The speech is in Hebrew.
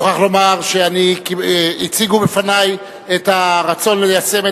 אני מוכרח לומר שהציגו בפני את הרצון ליישם את